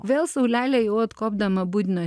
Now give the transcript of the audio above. vėl saulelė jau atkopdama budino